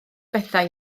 bethau